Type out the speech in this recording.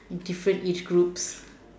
different age groups